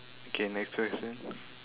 K next question